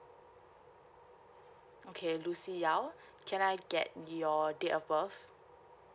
okay lucy yao can I get your date of birth